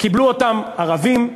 קיבלו אותם ערבים,